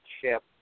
ship